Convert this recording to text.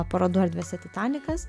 parodų erdvėse titanikas